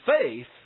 faith